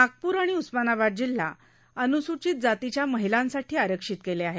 नागपूर आणि उस्मानाबाद जिल्हा अनुसूचित जातीच्या महिलांसाठी आरक्षित केले आहेत